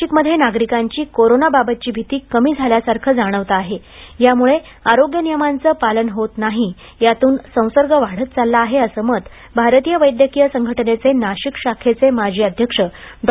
नाशिकमध्ये नागरिकांची कोरोना बाबतची भीती कमी झाल्या सारखे जाणवते आहे त्यामुळे आरोग्य नियमांचे पालन होत नाही त्यातून संसर्ग वाढत चालला आहे असे मत भारतीय वैद्यकीय संघटनेचे नाशिक शाखेचे माजी अध्यक्ष डॉ